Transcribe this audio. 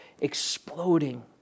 exploding